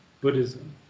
buddhism